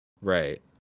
Right